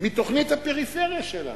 מתוכנית הפריפריה שלנו.